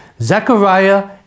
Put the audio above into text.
Zechariah